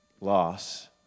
loss